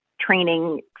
training